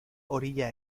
orilla